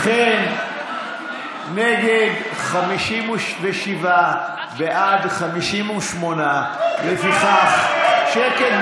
נגד, 57, בעד, 58. לפיכך, שקט.